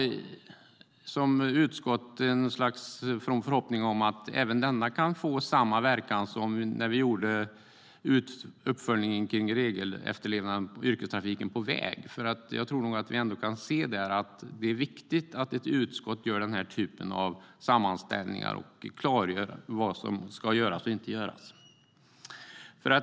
Som utskott kan vi väl ha en from förhoppning om att den kan få samma verkan som den uppföljning vi gjorde om regelefterlevnaden för yrkestrafiken på väg. Det är viktigt att ett utskott gör denna typ av sammanställningar och klargör vad som ska göras och inte.